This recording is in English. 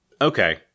Okay